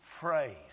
phrase